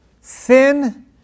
Sin